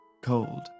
cold